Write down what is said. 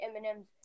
Eminem's